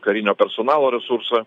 karinio personalo resursą